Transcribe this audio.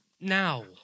Now